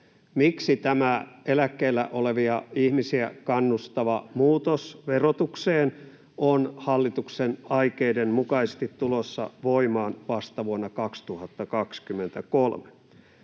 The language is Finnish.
miksi tämä eläkkeellä olevia ihmisiä kannustava muutos verotukseen on hallituksen aikeiden mukaisesti tulossa voimaan vasta vuonna 2023.